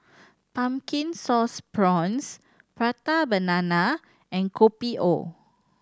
Pumpkin Sauce Prawns Prata Banana and Kopi O